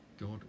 God